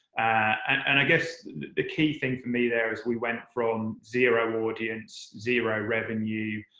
and i guess the key thing for me there is we went from zero audience, zero revenue,